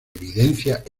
evidencia